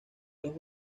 los